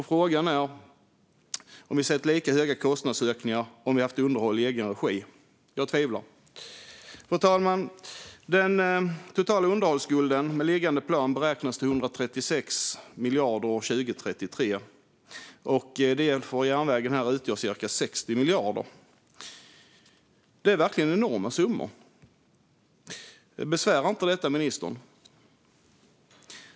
Frågan är om vi hade sett lika höga kostnadsökningar om vi hade haft underhåll i egen regi. Jag tvivlar. Fru talman! Den totala underhållsskulden med föreliggande plan beräknas till 136 miljarder 2033, varav järnvägen utgör cirka 60 miljarder. Det är verkligen enorma summor. Besvärar inte detta ministern?